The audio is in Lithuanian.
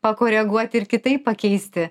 pakoreguoti ir kitaip pakeisti